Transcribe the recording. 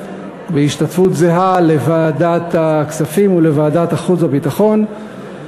בהשתתפות זהה של ועדת הכספים וועדת החוץ והביטחון,